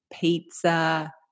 pizza